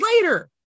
later